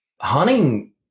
hunting